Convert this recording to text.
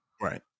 Right